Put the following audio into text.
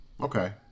okay